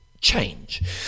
change